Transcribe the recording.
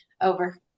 over